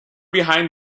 behind